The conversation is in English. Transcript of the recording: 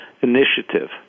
initiative